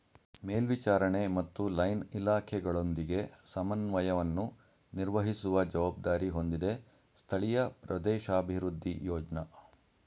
ಮೇಲ್ವಿಚಾರಣೆ ಮತ್ತು ಲೈನ್ ಇಲಾಖೆಗಳೊಂದಿಗೆ ಸಮನ್ವಯವನ್ನು ನಿರ್ವಹಿಸುವ ಜವಾಬ್ದಾರಿ ಹೊಂದಿದೆ ಸ್ಥಳೀಯ ಪ್ರದೇಶಾಭಿವೃದ್ಧಿ ಯೋಜ್ನ